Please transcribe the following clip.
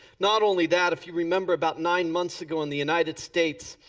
not only that, if you remember about nine months ago in the united states,